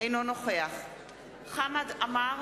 אינו נוכח חמד עמאר,